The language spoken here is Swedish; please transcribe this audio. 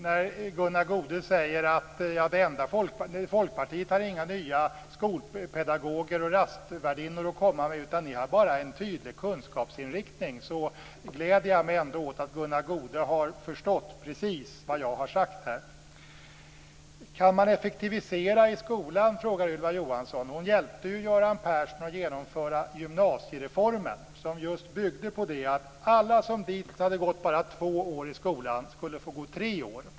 När Gunnar Goude säger att Folkpartiet inte har några nya skolpedagoger och rastvärdinnor att komma med utan bara en tydlig kunskapsinriktning, gläder jag mig ändå åt att Gunnar Goude har förstått precis vad jag sagt här. Kan man effektivisera i skolan? frågade Ylva Johansson. Hon hjälpte ju Göran Persson att genomföra gymnasiereformen som byggde på att alla som ditintills hade gått bara två år i gymnasieskolan skulle få gå tre år.